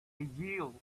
yield